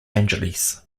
angeles